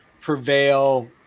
prevail